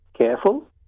careful